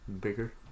Bigger